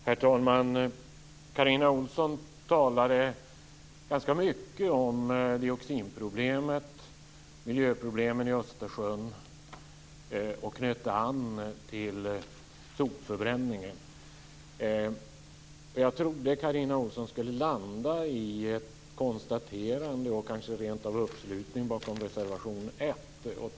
Herr talman! Carina Ohlsson talade ganska mycket om dioxinproblemet, miljöproblemen i Östersjön och knöt även an till sopförbränningen. Jag trodde att Carina Ohlsson skulle sluta med ett konstaterande och kanske rent av en uppslutning bakom reservation 1.